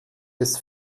des